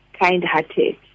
kind-hearted